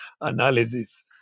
analysis